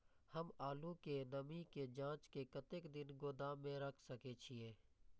हम आलू के नमी के जाँच के कतेक दिन गोदाम में रख सके छीए?